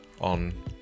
on